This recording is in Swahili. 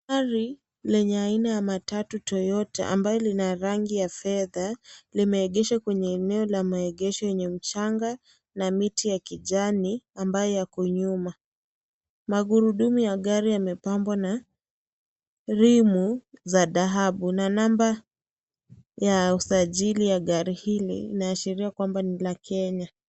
Gari lenye aina ya matatu Toyota ambalo lina rangi ya fedha limeegeshwa kwenye eneo la maegesho yenye mchanga na miti ya kijani ambayo iko nyuma. Magurudumu ya gari yamepambwa na rimu za dhahabu na namba ya usajili ya gari hili inaashiria kwamba ni la Kenya.